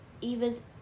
Eva's